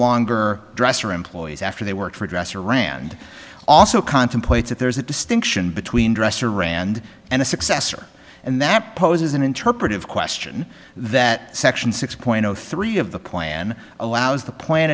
longer dress or employees after they work for a dresser rand also contemplates that there is a distinction between dresser rand and a successor and that poses an interpretive question that section six point zero three of the plan allows the plant